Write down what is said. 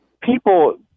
people